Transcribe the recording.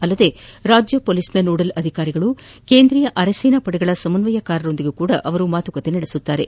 ಅಲ್ಲದೇ ರಾಜ್ಯ ಪೊಲೀಸ್ನ ನೋಡಲ್ ಅಧಿಕಾರಿಗಳು ಕೇಂದ್ರೀಯ ಅರೆ ಸೇನಾಪಡೆಗಳ ಸಮನ್ನಯಕಾರರೊಂದಿಗೂ ಅವರು ಮಾತುಕತೆ ನಡೆಸುತ್ತಾರೆ